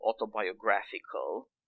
autobiographical